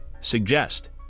suggest